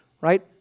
right